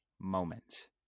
moments